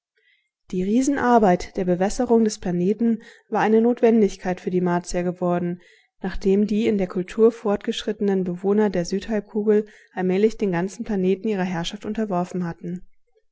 die riesenarbeit der bewässerung des planeten war eine notwendigkeit für die martier geworden nachdem die in der kultur vorgeschritteneren bewohner der südhalbkugel allmählich den ganzen planeten ihrer herrschaft unterworfen hatten